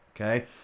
okay